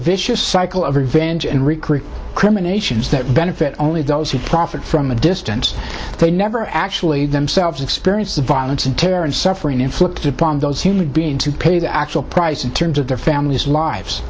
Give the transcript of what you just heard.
vicious cycle of revenge and recruit criminal actions that benefit only those who profit from a distance they never actually themselves experience the violence and terror and suffering inflicted upon those human beings who pay the actual price in terms of their families lives